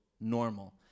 normal